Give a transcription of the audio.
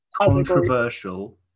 Controversial